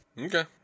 okay